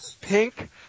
pink